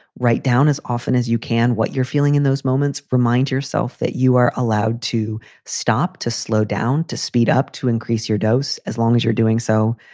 write down as often as you can what you're feeling in those moments. remind yourself that you are allowed to stop, to slow down, to speed up, to increase your dose as long as you're doing so.